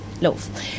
loaf